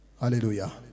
Hallelujah